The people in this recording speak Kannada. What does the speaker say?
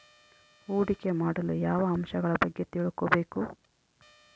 ಹೂಡಿಕೆ ಮಾಡಲು ಯಾವ ಅಂಶಗಳ ಬಗ್ಗೆ ತಿಳ್ಕೊಬೇಕು?